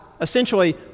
essentially